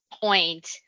point